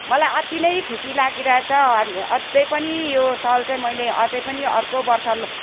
मलाई अति नै खुसी लागिरहेछ अझै पनि यो सल चाहिँ मैले अझै पनि अर्को वर्ष